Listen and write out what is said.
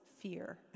fear